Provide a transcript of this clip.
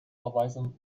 verweisen